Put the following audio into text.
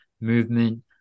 movement